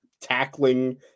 tackling